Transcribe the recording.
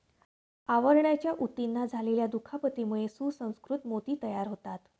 आवरणाच्या ऊतींना झालेल्या दुखापतीमुळे सुसंस्कृत मोती तयार होतात